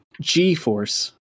g-force